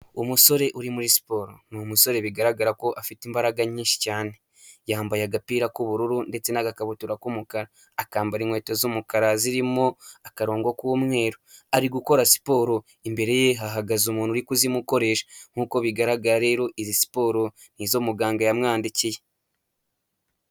Umusore uri muri siporo, ni umusore bigaragara ko afite imbaraga nyinshi cyane, yambaye agapira k'ubururu ndetse n'agakabutura k'umuka, akambara inkweto z'umukara zirimo akarongo k'umweru. Ari gukora siporo imbere ye hahagaze umuntu uri kuzimukoresha, nk'uko bigaragara rero izi siporo ni izo muganga yamwandikiye.